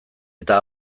eta